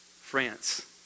France